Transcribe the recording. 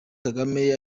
kagame